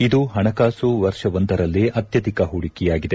ಇದು ಹಣಕಾಸು ವರ್ಷವೊಂದರಲ್ಲೇ ಅತ್ಯಧಿಕ ಹೂಡಿಕೆಯಾಗಿದೆ